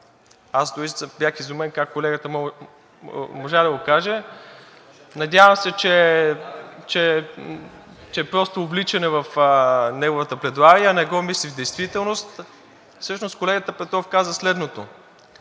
аз дори бях изумен как колегата можа да го каже, надявам се, че просто е увличане в неговата пледоария, не го мисли в действителност. Всъщност колегата Петров каза следното.